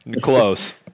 close